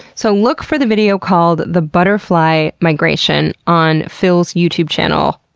so look for the video called the butterfly migration on phil's youtube channel,